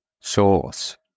source